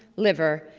liver,